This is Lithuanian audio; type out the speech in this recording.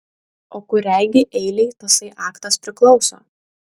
o kuriai gi eilei tasai aktas priklauso